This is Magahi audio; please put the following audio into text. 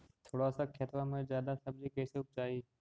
थोड़ा सा खेतबा में जादा सब्ज़ी कैसे उपजाई?